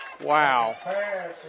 Wow